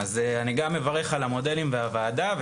אז אני גם מברך על המודלים והוועדה,